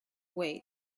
wait